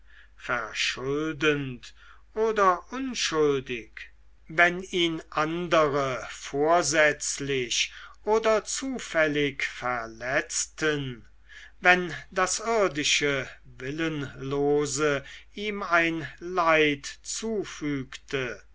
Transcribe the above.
verschuldend oder unschuldig wenn ihn andere vorsätzlich oder zufällig verletzten wenn das irdische willenlose ihm ein leid zufügte